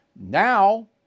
Now